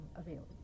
available